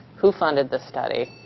who funded the study,